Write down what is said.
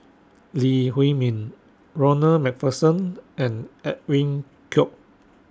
Lee Huei Min Ronald MacPherson and Edwin Koek